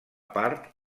part